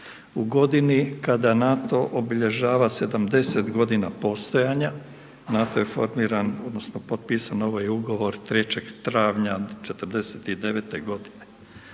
U godini kada NATO obilježava 70 g. postojanja, NATO je formiran, odnosno, potpisan ovaj ugovor, 3. travnja '49. g.